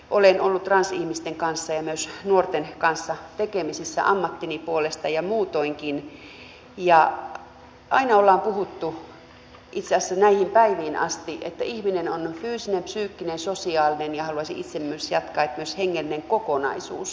olen ollut transihmisten ja myös nuorten kanssa tekemisissä ammattini puolesta ja muutoinkin ja aina ollaan puhuttu itse asiassa näihin päiviin asti että ihminen on fyysinen psyykkinen ja sosiaalinen ja haluaisin itse jatkaa että myös hengellinen kokonaisuus